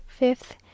fifth